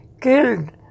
killed